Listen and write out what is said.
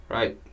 Right